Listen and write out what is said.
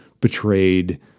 betrayed